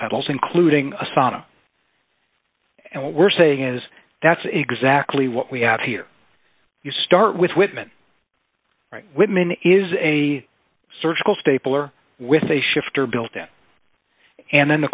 pedals including assata and what we're saying is that's exactly what we have here you start with whitman whitman is a surgical stapler with a shifter built in and then the